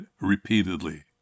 repeatedly